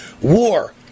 WAR